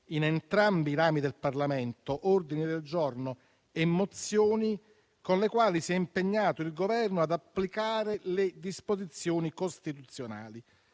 in entrambi i rami del Parlamento ordini del giorno e mozioni con i quali si è impegnato il Governo ad applicare le disposizioni costituzionali,